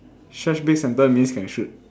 stretch big center means can shoot